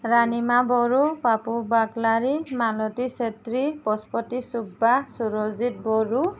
ৰাণীমা ৰড়ো পাপু বাগলাৰী মালতী চেত্ৰী পস্পতি চুব্বা সুৰজিত বড়ো